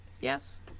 Yes